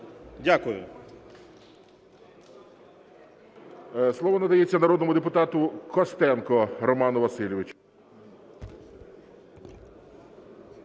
Дякую.